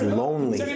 lonely